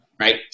Right